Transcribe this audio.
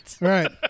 Right